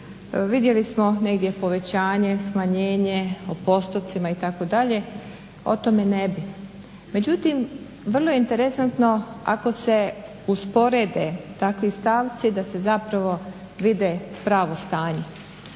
vidjeli smo negdje povećanje, smanjenje, o postotcima itd. o tome ne bi. Međutim, vrlo je interesantno ako se usporede takvi stavci, da se zapravo vidi pravo stanje,